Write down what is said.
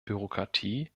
bürokratie